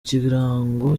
ikirango